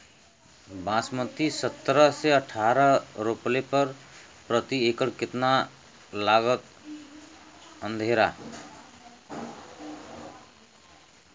बासमती सत्रह से अठारह रोपले पर प्रति एकड़ कितना लागत अंधेरा?